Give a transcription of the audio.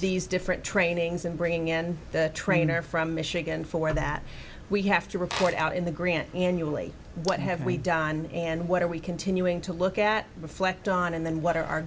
these different trainings and bringing in the trainer from michigan for that we have to report out in the grant annually what have we done and what are we continuing to look at reflect on and then what are our